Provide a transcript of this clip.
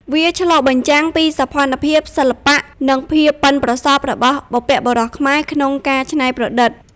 វាឆ្លុះបញ្ចាំងពីសោភ័ណភាព សិល្បៈ និងភាពប៉ិនប្រសប់របស់បុព្វបុរសខ្មែរក្នុងការច្នៃប្រឌិត។